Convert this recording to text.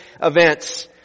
events